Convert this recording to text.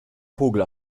vogel